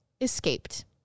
escaped